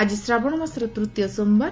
ଆକି ଶ୍ରାବଣ ମାସ ତୂତୀୟ ସୋମବାର